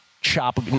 chop